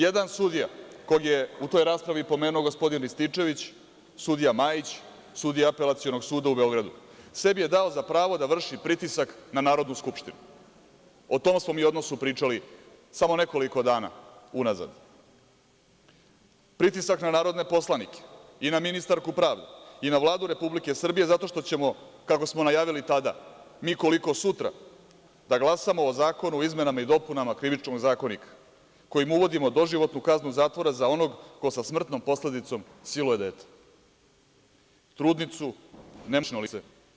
Jedan sudija kog je u toj raspravi pomenuo gospodin Rističević, sudija Majić, sudija Apelacionog suda u Beogradu, sebi je dao za pravo da vrši pritisak na Narodnu skupštinu, o tom smo mi odnosu pričali samo nekoliko dana unazad, pritisak na narodne poslanike i na ministarku pravde i na Vladu Republike Srbije zato što ćemo, kako smo najavili tada, mi koliko sutra da glasamo o Zakonu o izmenama i dopunama Krivičnog zakonika kojim uvodimo doživotnu kaznu zatvora za onog ko sa smrtnom posledicom siluje dete, trudnicu, nemoćno lice.